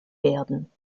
werden